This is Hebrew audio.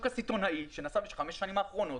הסיטונאי שנעשה בחמש השנים האחרונות,